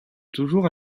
toujours